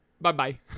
bye-bye